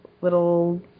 little